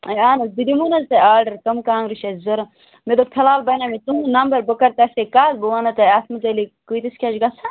ہے اَہَن حظ بہٕ دِمو نہٕ حظ تۄہہِ آرڈَر کَم کانٛگرِ چھِ اَسہِ ضوٚرَتھ مےٚ دوٚپ فِلحال بَنیو مےٚ تُہُنٛد نمبر بہٕ کَرٕ تۄہہِ سۭتۍ کَتھ بہٕ وَنو تۄہہِ اَتھ مُتعلق کۭتِس کیٛاہ چھِ گژھان